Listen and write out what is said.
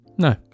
No